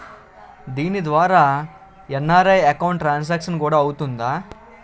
దీని ద్వారా NRI account transaction కూడా అవుతుందా?